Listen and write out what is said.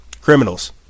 criminals